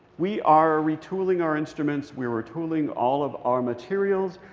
we are retooling our instruments. we're retooling all of our materials.